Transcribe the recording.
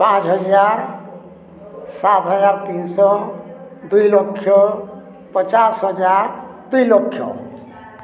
ପାଞ୍ଚ ହଜାର ସାତ ହଜାର ତିନିଶହ ଦୁଇ ଲକ୍ଷ ପଚାଶ ହଜାର ଦୁଇ ଲକ୍ଷ